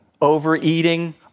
overeating